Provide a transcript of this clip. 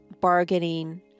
bargaining